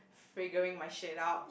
figuring my shit out